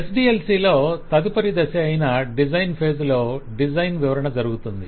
SDLC లో తదుపరి దశ అయిన డిజైన్ ఫేజ్ లో డిజైన్ వివరణ జరుగుతుంది